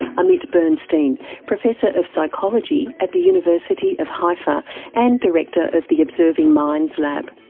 amit bernstein, professor of psychology at the university of haifa and director of the observing minds lab.